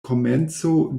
komenco